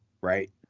Right